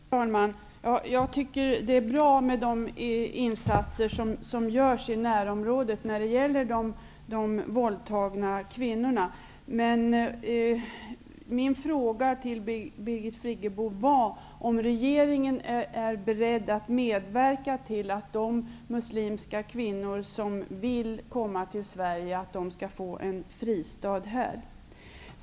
Herr talman! Jag tycker att det är bra med de insatser som görs i närområdet när det gäller de våldtagna kvinnorna. Men min fråga till Birgit Friggebo var om regeringen är beredd att med verka till att de muslimska kvinnor som vill komma till Sverige skall få en fristad här.